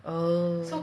oh